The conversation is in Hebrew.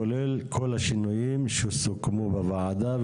כולל כל השינויים שסוכמו בוועדה.